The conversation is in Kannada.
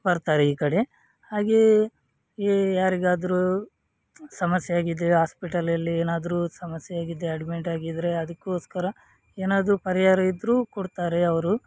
ಬರ್ತಾರೆ ಈ ಕಡೆ ಹಾಗೇ ಯಾರಿಗಾದರೂ ಸಮಸ್ಯೆ ಆಗಿದೆ ಆಸ್ಪಿಟಲಲ್ಲಿ ಏನಾದರೂ ಸಮಸ್ಯೆಯಾಗಿದೆ ಅಡ್ಮಿಟ್ಟಾಗಿದ್ದರೆ ಅದಕ್ಕೋಸ್ಕರ ಏನಾದ್ರೂ ಪರಿಹಾರ ಇದ್ದರೂ ಕೊಡ್ತಾರೆ ಅವರು